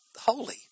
holy